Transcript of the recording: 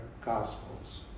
gospels